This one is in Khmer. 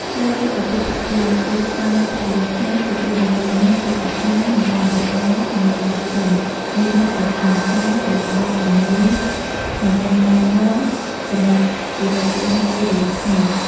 ក្រោយរៀបអាពាហ៍ពិពាហ៍គូស្វាមីភរិយាថ្មីទទួលដំបូន្មានពីអាចារ្យ មាតាបិតា និងអ្នកចាស់ទុំ ញាតិមិត្តទាំងសងខាង ដែលផ្តល់ជំនួយ និងការណែ នាំសម្រាប់ជីវិតរស់នៅរួមគ្នា។